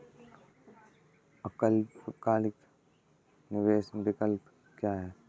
अल्पकालिक निवेश विकल्प क्या होता है?